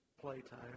playtime